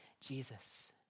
Jesus